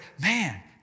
Man